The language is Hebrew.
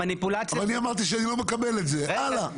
אבל אני אמרתי שאני לא מקבל את זה, הלאה.